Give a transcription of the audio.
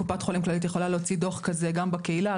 קופת חולים כללית יכולה להוציא דוח כזה גם בקהילה,